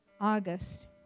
August